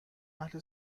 اهل